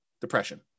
depression